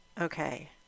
Okay